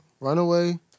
Runaway